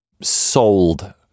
sold